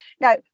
Now